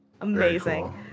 Amazing